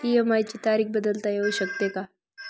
EMI ची तारीख बदलता येऊ शकते का?